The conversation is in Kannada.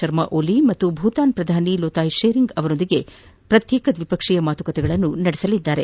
ಶರ್ಮಾ ಓಲಿ ಮತ್ತು ಭೂತಾನ್ ಪ್ರಧಾನಿ ಲೊಟಾಯ್ ಶೆರಿಂಗ್ ಅವರೊಂದಿಗೆ ಪ್ರತ್ಯೇಕ ದ್ವಿಪಕ್ಷೀಯ ಮಾತುಕತೆ ನಡೆಸಲಿದ್ದಾರೆ